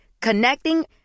Connecting